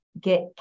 get